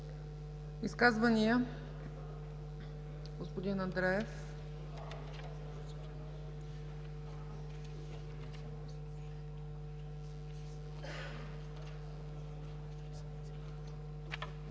Изказвания? Господин Андреев.